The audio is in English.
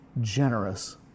generous